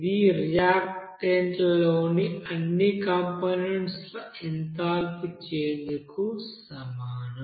ఇది రియాక్టెంట్లలోని అన్ని కంపొనెంట్స్ ల ఎంథాల్పీ చేంజ్ కు సమానం